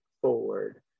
forward